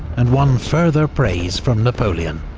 and won further praise from napoleon.